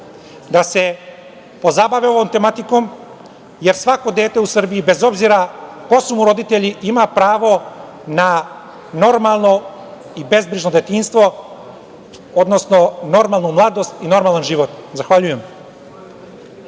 da se pozabave ovom tematikom, jer svako dete u Srbiji, bez obzira ko su mu roditelji, ima pravo na normalno i bezbrižno detinjstvo, odnosno normalnu mladost i normalan život. Zahvaljujem.